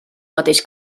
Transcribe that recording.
mateix